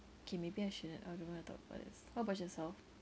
K maybe I shouldn't I don't want to talk about this what about yourself